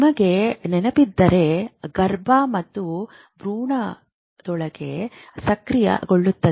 ನಿಮಗೆ ನೆನಪಿದ್ದರೆ ಗರ್ಭ ಮತ್ತು ಭ್ರೂಣದೊಳಗೆ ಸಕ್ರಿಯಗೊಳ್ಳುತ್ತದೆ